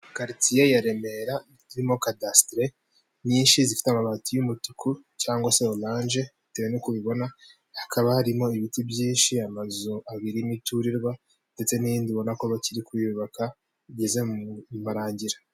Quartier ya Remera irimo kadasiteri nyinshi zifite amabati y'umutuku cyangwa se orange, bitewe n'uko ubibona, hakaba harimo ibiti byinshi, amazu abiri y'imuturirwa ndetse n'iyindi ubonako bakiri kuyubaka igeze mu marangira.